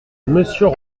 monsieur